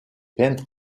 peintre